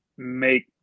make